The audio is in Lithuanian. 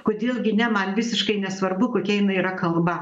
kodėl gi ne man visiškai nesvarbu kokia jinai yra kalba